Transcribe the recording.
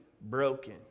broken